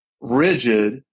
rigid